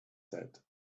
said